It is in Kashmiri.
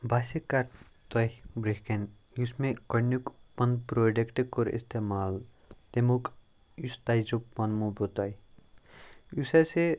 بہٕ ہسا کرٕ تۄہہِ برٛونٛہہ کٔنۍ یُس مےٚ گۄڈٕنیٛک پَنُن پرٛوڈَکٹہٕ کوٚر استعمال تٔمیٛک یُس تَجربہٕ وَنہو بہٕ تۄہہِ یُس اسہِ